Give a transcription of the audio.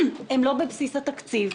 הם לא בבסיס התקציב,